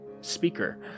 speaker